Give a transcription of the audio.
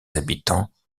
habitants